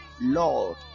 Lord